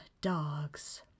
Dogs